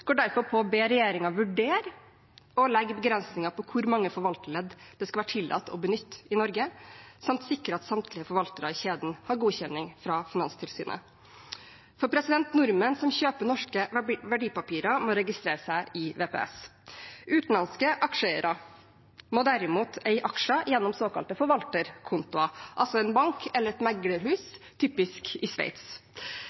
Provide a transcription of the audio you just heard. går derfor på å be regjeringen vurdere «å legge begrensninger på hvor mange forvalterledd det skal være tillatt å benytte, samt sikre at samtlige forvaltere i kjeden har godkjenning fra Finanstilsynet». Nordmenn som kjøper norske verdipapirer, må registrere seg i VPS. Utenlandske aksjeeiere må derimot eie aksjer gjennom såkalte forvalterkontoer, altså en bank eller et meglerhus